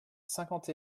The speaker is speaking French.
cinquante